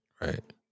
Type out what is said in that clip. right